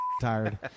tired